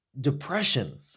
Depression